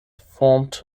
formed